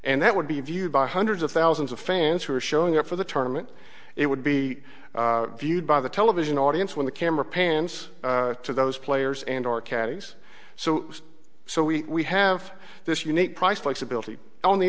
and that would be viewed by hundreds of thousands of fans who are showing up for the tournament it would be viewed by the television audience when the camera pans to those players and or caddies so so we have this unique price flexibility on the